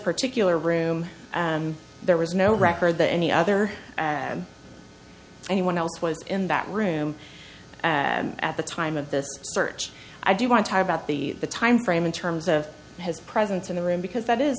particular room and there was no record that any other anyone else was in that room at the time of this search i do want to talk about the time frame in terms of his presence in the room because that is